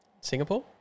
Singapore